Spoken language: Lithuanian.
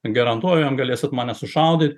garantuojam galėsit mane sušaudyt